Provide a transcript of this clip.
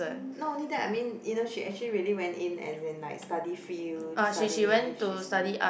not only that I mean you know she actually really went in as in like study field to study she's ya